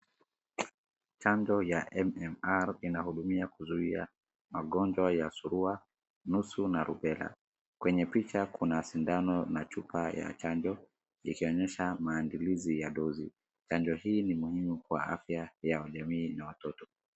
Chanjo ya MMR inahudumiya kuzuia magonjwa ya surua, nusu na Rubella . Kwenye picha kuna sindano na chupa ya chanjo ikionyesha mandalizi ya dozi. Chanjo hii ni muhimu kwa afya ya wanajamii na watoto.